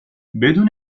بدون